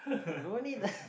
no need ah